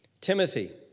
Timothy